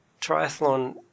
triathlon